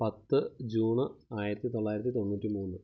പത്ത് ജൂണ് ആയിരത്തിത്തൊള്ളായിരത്തിത്തൊണ്ണൂറ്റി മൂന്ന്